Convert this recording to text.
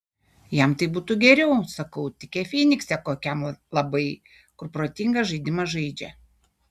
jam tai būtų geriau sakau tikę fynikse kokiam labai kur protinga žaidimą žaidžia